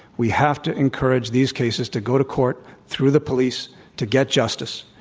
we have to encourage these cases to go to court through the police to get justice.